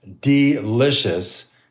delicious